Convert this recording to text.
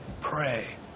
pray